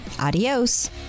adios